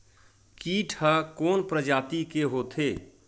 कीट ह कोन प्रजाति के होथे?